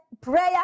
prayer